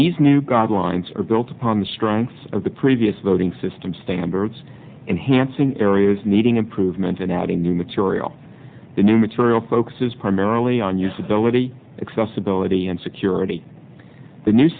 these new guidelines are built upon the strengths of the previous voting system standards and hansen areas needing improvement and adding new material the new material focuses primarily on usability accessibility and security the new